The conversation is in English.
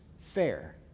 fair